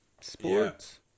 Sports